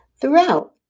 Throughout